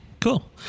Cool